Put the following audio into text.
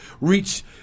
reach